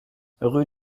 rue